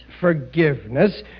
Forgiveness